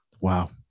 Wow